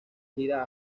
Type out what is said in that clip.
gira